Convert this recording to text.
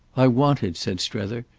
i want it, said strether,